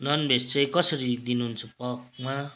non भेज चाहिँ कसरी दिनुहुन्छ पर्कमा